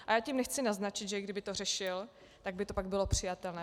Ale tím nechci naznačit, že i kdyby to řešil, tak by to pak bylo přijatelné.